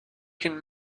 can